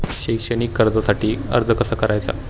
शैक्षणिक कर्जासाठी अर्ज कसा करायचा?